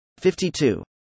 52